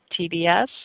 TBS